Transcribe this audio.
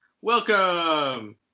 Welcome